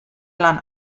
lan